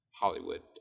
Hollywood